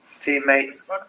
Teammates